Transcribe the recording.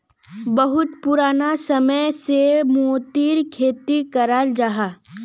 बहुत पुराना समय से मोतिर खेती कराल जाहा